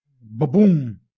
Boom